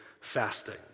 fasting